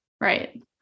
Right